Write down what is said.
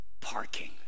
Parking